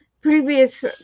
previous